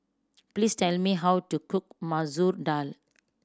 please tell me how to cook Masoor Dal